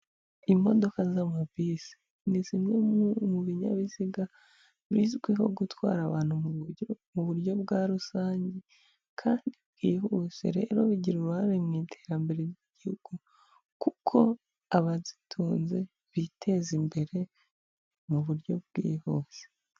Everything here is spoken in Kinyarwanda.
Imodoka z'amabisi ni zimwe mu binyabiziga bizwiho gutwara abantu mu buryo bwa rusange kandi bwihuse, rero bigira uruhare mu iterambere ry'igihugu kuko abazitunze biteza imbere mu buryo bwihuse.